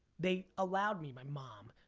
they allowed me, my mom,